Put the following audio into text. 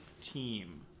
team